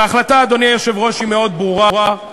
וההחלטה, אדוני היושב-ראש, היא מאוד ברורה,